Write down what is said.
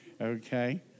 Okay